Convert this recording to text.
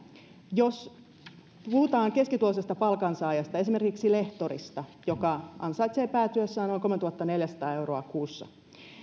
jos puhutaan keskituloisesta palkansaajasta esimerkiksi lehtorista joka ansaitsee päätyössään noin kolmetuhattaneljäsataa euroa kuussa